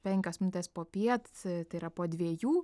penkios minutės popiet tai yra po dviejų